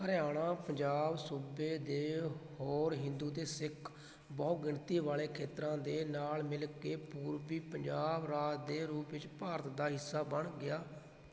ਹਰਿਆਣਾ ਪੰਜਾਬ ਸੂਬੇ ਦੇ ਹੋਰ ਹਿੰਦੂ ਅਤੇ ਸਿੱਖ ਬਹੁਗਿਣਤੀ ਵਾਲੇ ਖੇਤਰਾਂ ਦੇ ਨਾਲ ਮਿਲ ਕੇ ਪੂਰਬੀ ਪੰਜਾਬ ਰਾਜ ਦੇ ਰੂਪ ਵਿੱਚ ਭਾਰਤ ਦਾ ਹਿੱਸਾ ਬਣ ਗਿਆ